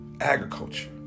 Agriculture